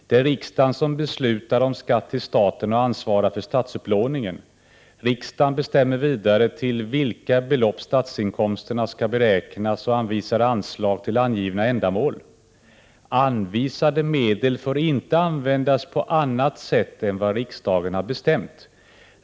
Det är riksdagen som beslutar om skatt till staten och ansvarar för statsupplåningen. Riksdagen bestämmer vidare till vilka belopp statsinkomsterna skall beräknas och anvisar anslag till angivna ändamål. Anvisade medel får inte användas på annat sätt än vad riksdagen har bestämt.